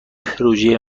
پروژه